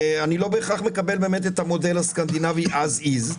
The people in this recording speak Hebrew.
אני לא בהכרח מקבל את המודל הסקנדינבי as-is,